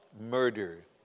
murder